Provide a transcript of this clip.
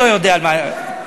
אתה לא יודע על מה אתה מדבר.